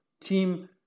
team